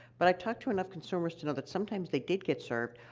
but i talked to enough consumers to know that sometimes, they did get served,